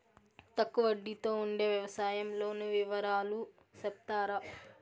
తక్కువ వడ్డీ తో ఉండే వ్యవసాయం లోను వివరాలు సెప్తారా?